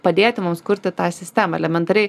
padėti mums kurti tą sistemą elementariai